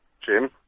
Jim